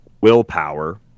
willpower